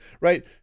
Right